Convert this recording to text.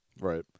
Right